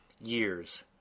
years